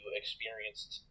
experienced